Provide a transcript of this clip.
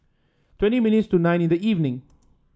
twenty minutes to nine in the evening